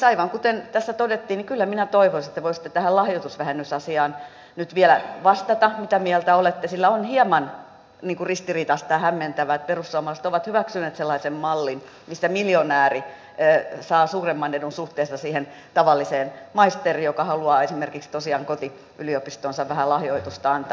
aivan kuten tässä todettiin kyllä minä toivoisin että te voisitte tähän lahjoitusvähennysasiaan liittyen nyt vielä vastata mitä mieltä olette sillä on hieman ristiriitaista ja hämmentävää että perussuomalaiset ovat hyväksyneet sellaisen mallin missä miljonääri saa suuremman edun suhteessa siihen tavalliseen maisteriin joka haluaa esimerkiksi tosiaan kotiyliopistoonsa vähän lahjoitusta antaa